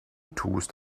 tust